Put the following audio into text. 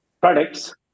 products